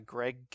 Greg